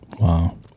wow